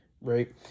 right